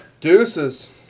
Deuces